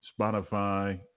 Spotify